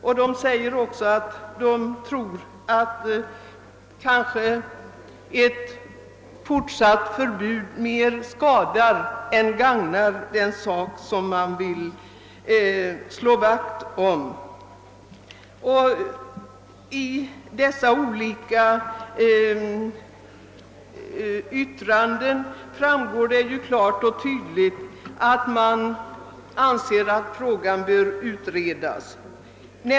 Vi anser, att ett tvång av den art, som nöjesförbudet innebär, mer skadar än gagnar sitt syfte.» Av dessa olika remissyttranden framgår det klart och tydligt att man anser att frågan bör utredas.